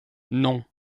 non